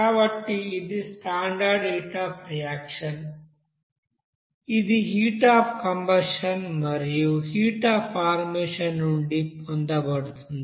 కాబట్టి ఇది standard heat of reaction ఇది హీట్ అఫ్ కంబషన్ మరియు హీట్ అఫ్ ఫార్మేషన్ నుండి పొందబడుతుంది